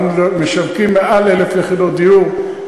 אנחנו משווקים מעל 1,000 יחידות דיור,